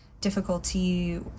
difficulty